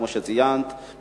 כמו שציינת,